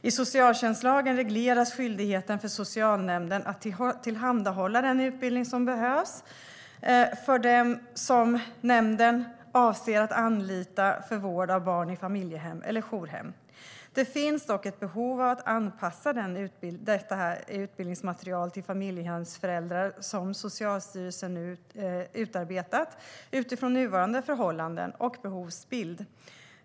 I socialtjänstlagen regleras skyldigheten för socialnämnden att tillhandahålla den utbildning som behövs för dem som nämnden avser att anlita för vård av barn i familjehem eller jourhem. Det finns dock ett behov av att anpassa det utbildningsmaterial till familjehemsföräldrar som Socialstyrelsen utarbetat, utifrån nuvarande förhållanden och behovsbild.